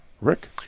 Rick